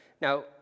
Now